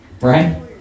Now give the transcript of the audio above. Right